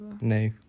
No